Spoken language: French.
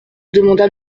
demanda